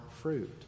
fruit